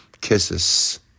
kisses